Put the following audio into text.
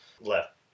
left